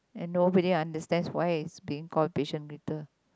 and nobody understand why it's being called patient Rita